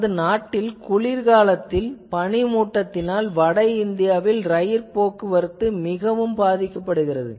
நமது நாட்டில் குளிர்காலத்தில் பனிமூட்டத்தினால் வட இந்தியாவில் இரயில் போக்குவரத்து மிகவும் பாதிக்கப்படுகிறது